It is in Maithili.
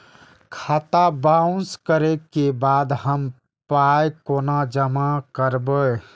खाता बाउंस करै के बाद हम पाय कोना जमा करबै?